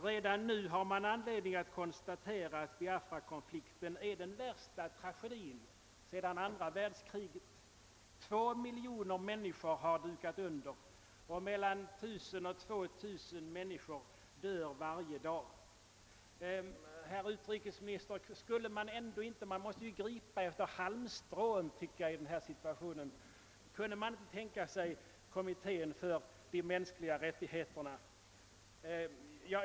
Redan nu har man anledning konstatera att Biafrakonflikten är den värsta tragedin efter andra världskriget. Två miljoner människor har dukat under, och mellan 1000 och 2000 människor dör varje dag. I nuvarande situation måste man ju ändå gripa efter halmstrån, herr utrikesminister, och skulle man då inte kunna tänka sig att låta frågan gå till Kommittén för de mänskliga rättigheterna?